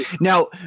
Now